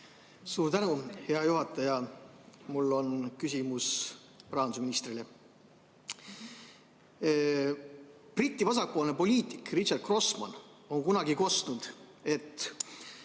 Suur tänu, hea juhataja! Mul on küsimus rahandusministrile. Briti vasakpoolne poliitik Richard Crossman on kunagi kostnud, et